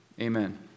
Amen